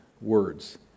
words